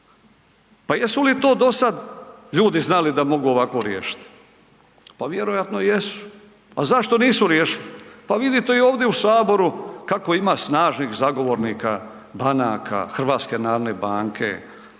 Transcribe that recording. Pa jesu li to dosad ljudi znali da mogu ovako riješiti? Pa vjerojatno jesu, a zašto nisu riješili? Pa vidite i ovdje u Saboru kako ima snažnih zagovornika banaka, HNB-a,